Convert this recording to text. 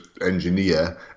engineer